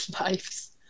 lives